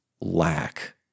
lack